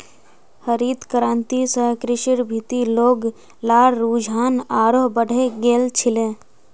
हरित क्रांति स कृषिर भीति लोग्लार रुझान आरोह बढ़े गेल छिले